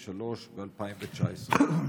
3. כמה ב-2019?